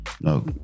No